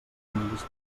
tinguis